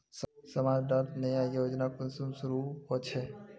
समाज डात नया योजना कुंसम शुरू होछै?